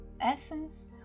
Essence